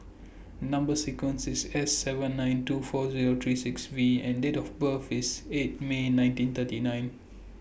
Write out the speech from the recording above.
Number sequence IS S seven nine two four Zero three six V and Date of birth IS eight May nineteen thirty nine